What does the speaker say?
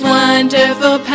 wonderful